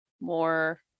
more